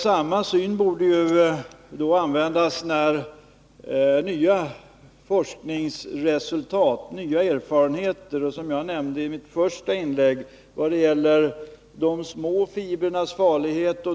Samma syn borde tillämpas när nya forskningsresultat nås och nya erfarenheter vinns, exempelvis — som jag nämnde i mitt första inlägg — vad gäller de små fibrernas farlighet.